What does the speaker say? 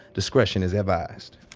discretion is advised